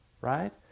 right